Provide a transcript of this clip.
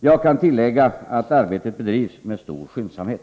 Jag kan tillägga att arbetet bedrivs med stor skyndsamhet.